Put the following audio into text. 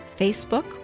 Facebook